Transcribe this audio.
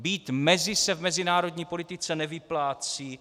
Být mezi se v mezinárodní politice nevyplácí.